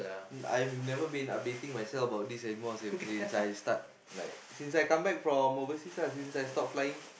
I will never been updating myself about this anymore seh start like since I come back from overseas lah since I stop flying